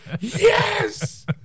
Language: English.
yes